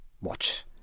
watch